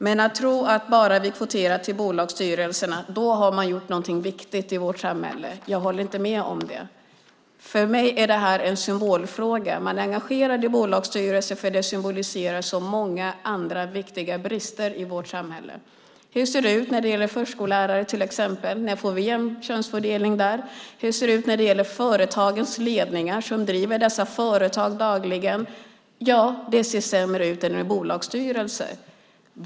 Men att tro att om vi bara kvoterar till bolagsstyrelserna har något viktigt gjorts i samhället håller jag inte med om. För mig är det här en symbolfråga. Man är engagerad i dessa frågor om bolagsstyrelser eftersom de symboliserar så många andra viktiga brister i vårt samhälle. Hur ser det till exempel ut när det gäller förskollärare? När får vi jämn könsfördelning där? Hur ser det ut när det gäller företagens ledningar som dagligen driver dessa företag? Ja, det ser sämre ut än i bolagsstyrelser.